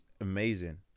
amazing